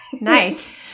Nice